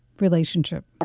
relationship